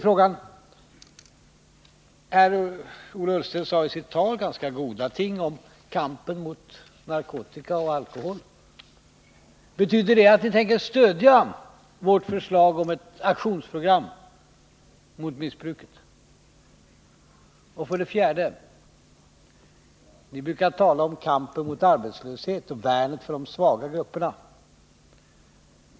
Fråga 3: Ola Ullsten sade i sitt tal ganska goda ting om kampen mot narkotika och alkohol. Betyder det att ni tänker stödja vårt förslag om ett aktionsprogram mot missbruket? Fråga 4: Ni inom folkpartiet brukar tala om kampen mot arbetslöshet och värnet om de svaga grupperna.